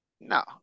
no